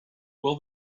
will